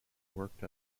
worked